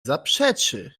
zaprzeczy